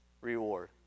reward